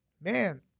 man